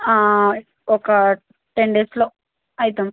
ఒక టెన్ డేస్లో అయితం